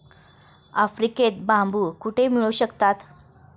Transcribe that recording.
आफ्रिकेत बांबू कुठे मिळू शकतात?